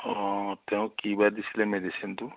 অঁ তেওঁ কি বা দিছিলে মেডিচেনটো